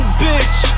bitch